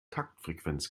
taktfrequenz